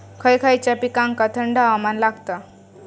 खय खयच्या पिकांका थंड हवामान लागतं?